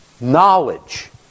knowledge